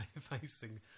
facing